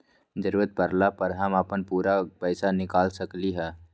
जरूरत परला पर हम अपन पूरा पैसा निकाल सकली ह का?